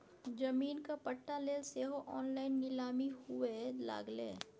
जमीनक पट्टा लेल सेहो ऑनलाइन नीलामी हुअए लागलै